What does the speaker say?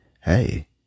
hey